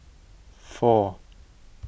four